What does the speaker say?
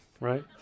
right